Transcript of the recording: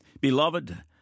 Beloved